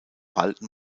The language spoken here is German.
halten